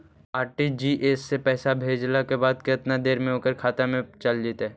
RTGS से पैसा भेजला के बाद केतना देर मे ओकर खाता मे चल जितै?